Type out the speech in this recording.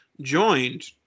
joined